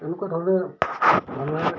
এনেকুৱা ধৰণে মানুহে